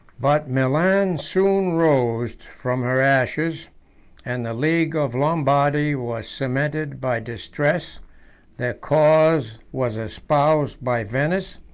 but milan soon rose from her ashes and the league of lombardy was cemented by distress their cause was espoused by venice,